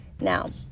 Now